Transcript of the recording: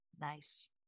Nice